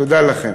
תודה לכם.